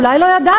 אולי לא ידעת,